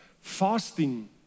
Fasting